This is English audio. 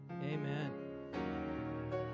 Amen